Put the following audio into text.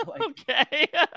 okay